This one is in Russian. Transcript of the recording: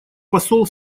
посол